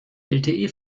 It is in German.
lte